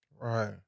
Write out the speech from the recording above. Right